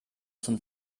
zum